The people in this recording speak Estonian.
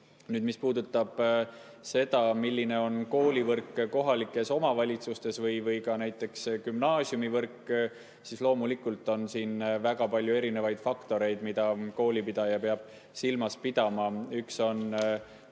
Mis puudutab seda, milline on koolivõrk kohalikes omavalitsustes või ka näiteks gümnaasiumivõrk, siis loomulikult on siin väga palju erinevaid faktoreid, mida koolipidaja peab silmas pidama. Üks on kooli